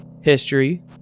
history